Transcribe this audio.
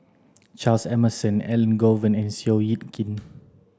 Charles Emmerson Elangovan and Seow Yit Kin